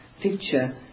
picture